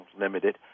limited